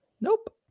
nope